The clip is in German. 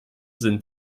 sind